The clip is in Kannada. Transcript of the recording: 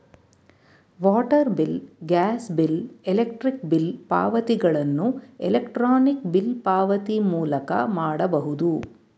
water bill, gas bill, electric bill ಪಾವತಿಗಳನ್ನು ಎಲೆಕ್ರಾನಿಕ್ ಬಿಲ್ ಪಾವತಿ ಮೂಲಕ ಮಾಡಬಹುದು